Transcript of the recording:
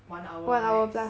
one hour max